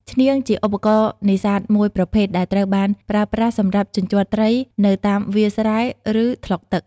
ឈ្នាង ជាឧបករណ៍នេសាទមួយប្រភេទដែលត្រូវបានប្រើប្រាស់សម្រាប់ជញ្ជាត់ត្រីនៅតាមវាលស្រែ ឬថ្លុកទឹក។